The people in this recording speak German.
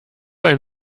ein